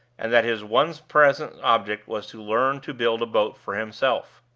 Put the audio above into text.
and that his one present object was to learn to build a boat for himself.